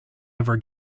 ever